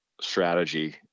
strategy